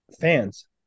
fans